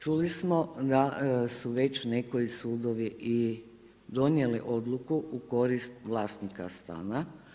Čuli smo da su već neki sudovi i donijeli odluku u korist vlasnika stana.